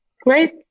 great